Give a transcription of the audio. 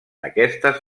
aquestes